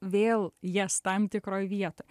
vėl jas tam tikroj vietoj